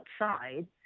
outside